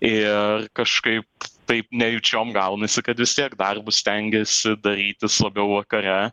ir kažkaip taip nejučiom gaunasi kad vis tiek darbus stengiesi darytis labiau vakare